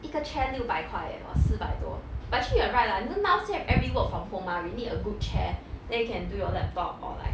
一个 chair 六百块 leh or 四百多 but actually you are right lah you know now 现在 everybody work from home mah we need a good chair then you can do your laptop or like